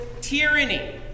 tyranny